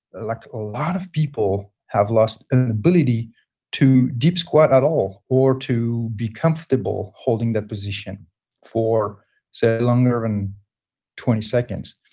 ah like a lot of people have lost their and ability to deep squat at all or to be comfortable holding that position for say longer than twenty seconds.